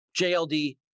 JLD